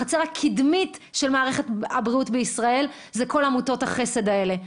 החצר הקדמית של מערכת הבריאות בישראל אלה כל עמותות החסד האלה,